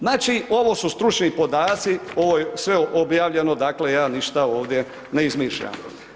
Znači, ovo su stručni podaci, ovo je sve objavljeno, dakle ja ništa ovdje ne izmišljam.